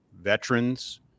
veterans